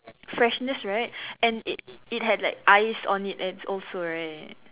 freshness right and it it had like ice on it and also right